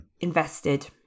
invested